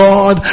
God